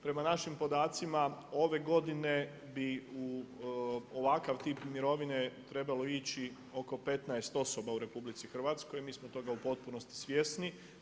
Prema našim podacima ove godine bi u ovakav tip mirovine trebalo ići oko 15 osoba u RH, mi smo toga u potpunosti svjesni.